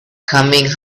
coming